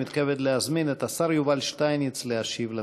אני מתכבד להזמין את השר יובל שטייניץ להשיב למציעים.